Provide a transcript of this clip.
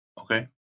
Okay